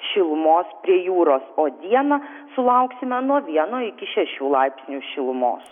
šilumos prie jūros o dieną sulauksime nuo vieno iki šešių laipsnių šilumos